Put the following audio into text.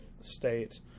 state